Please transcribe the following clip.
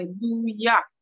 hallelujah